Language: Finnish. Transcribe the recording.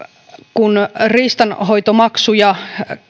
kun riistanhoitomaksuja